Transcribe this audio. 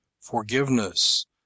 forgiveness